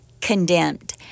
Condemned